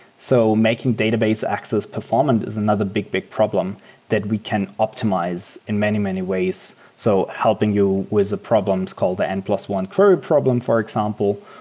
so making database access performant is another big, big problem that we can optimize in many, many ways. so helping you with problems called the n plus one query problem, for example,